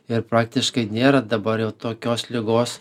ir praktiškai nėra dabar jau tokios ligos